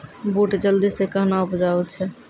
बूट जल्दी से कहना उपजाऊ छ?